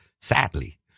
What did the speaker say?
sadly